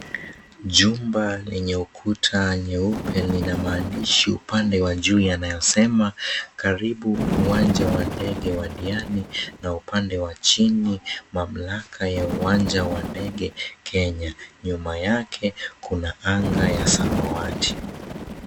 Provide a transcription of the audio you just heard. Jumba lenye ukuta nyeupe lina maandishi meupe linasema karibu uwanja wa ndege wa Diani na upande wa chini mamlaka ya uwanja wa ndege Kenya, nyuma yake kuna anga ya samawati.